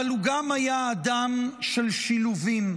אבל הוא גם היה אדם של שילובים: